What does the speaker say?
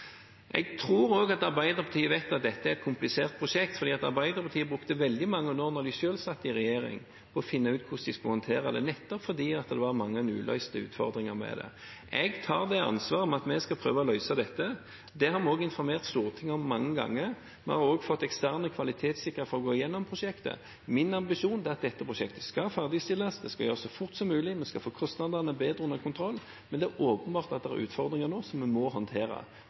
Jeg tror også at Arbeiderpartiet vet at dette er et komplisert prosjekt, for Arbeiderpartiet brukte veldig mange år, da de selv satt i regjering, på å finne ut hvordan de skulle håndtere det, nettopp fordi det var mange uløste utfordringer med det. Jeg tar det ansvaret med å prøve å løse dette. Det har vi også informert Stortinget om mange ganger. Vi har også fått eksterne kvalitetssikrere til å gå igjennom prosjektet. Min ambisjon er at dette prosjektet skal ferdigstilles, det skal gjøres så fort som mulig, vi skal få kostnadene bedre under kontroll. Men det er åpenbart at det er utfordringer nå som vi må håndtere.